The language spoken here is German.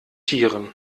tieren